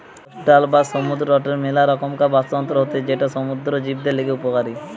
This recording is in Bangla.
কোস্টাল বা সমুদ্র তটের মেলা রকমকার বাস্তুতন্ত্র হতিছে যেটা সমুদ্র জীবদের লিগে উপকারী